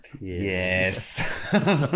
Yes